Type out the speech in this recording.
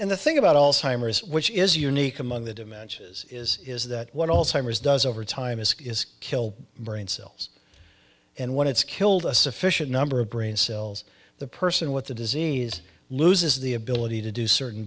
the thing about all simers which is unique among the dementia is is is that what all timers does over time is it is kill brain cells and when it's killed a sufficient number of brain cells the person with the disease loses the ability to do certain